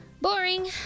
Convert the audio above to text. Boring